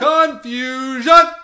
Confusion